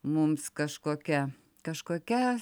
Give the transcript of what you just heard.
mums kažkokia kažkokia